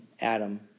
Adam